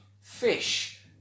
Fish